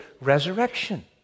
resurrection